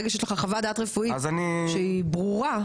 ברגע שיש לך חוות דעת רפואית שהיא ברורה.